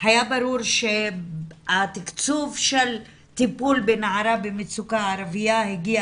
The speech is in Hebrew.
היה ברור שהתקצוב של טיפול בנערה ערביה במצוקה הגיע